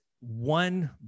one